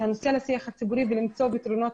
את הנושא לשיח הציבורי ולמצוא פתרונות